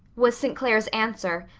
was st. clair's answer,